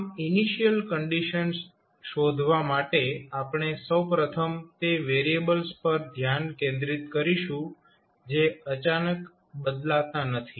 આમ initial conditions શોધવા માટે આપણે સૌપ્રથમ તે વેરીયેબલ્સ પર ધ્યાન કેન્દ્રિત કરીશું જે અચાનક બદલાતા નથી